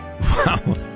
Wow